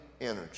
energy